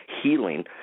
healing